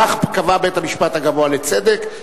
כך קבע בית-המשפט הגבוה לצדק.